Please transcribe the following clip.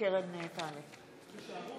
התש"ף 2020,